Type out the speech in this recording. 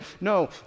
No